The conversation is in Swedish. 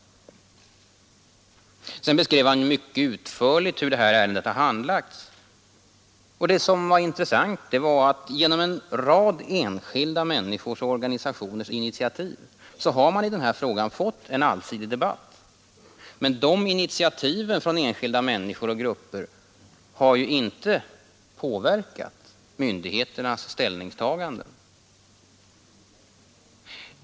Herr Wictorsson beskrev vidare mycket utförligt hur det här ärendet har handlagts, och det intressanta var att man, genom en rad enskilda människors och organisationers initiativ, i den här frågan har fått en allsidig debatt. Men de initiativen från enskilda människor och grupper har inte påverkat myndigheternas ställningstaganden!